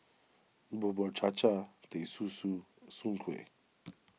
Bubur Cha Cha Teh Susu Soon Kueh